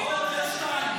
אל תדאגי.